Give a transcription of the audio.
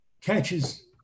catches